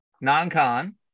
non-con